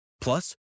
Plus